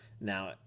Now